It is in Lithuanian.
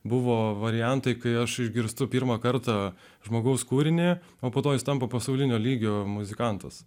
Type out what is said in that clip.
buvo variantai kai aš išgirstu pirmą kartą žmogaus kūrinį o po to jis tampa pasaulinio lygio muzikantas